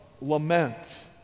lament